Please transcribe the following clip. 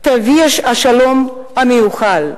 תביא את השלום המיוחל.